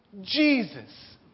Jesus